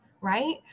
right